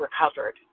recovered